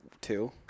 Two